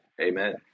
Amen